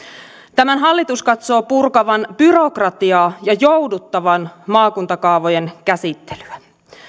tämän hallitus katsoo purkavan byrokratiaa ja jouduttavan maakuntakaavojen käsittelyä